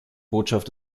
botschaft